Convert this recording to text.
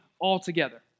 altogether